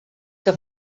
que